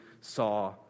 saw